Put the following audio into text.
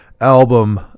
album